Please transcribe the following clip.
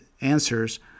answers